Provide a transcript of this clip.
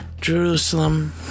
Jerusalem